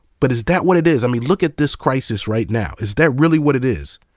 but is that what it is? i mean, look at this crisis right now. is that really what it is?